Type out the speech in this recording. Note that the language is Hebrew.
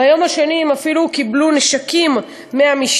ביום השני הם אפילו קיבלו נשקים מהמשטרה.